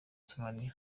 somalia